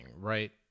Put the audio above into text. right